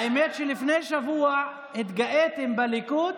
האמת, שלפני שבוע התגאיתם בליכוד